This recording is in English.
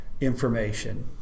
information